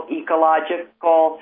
ecological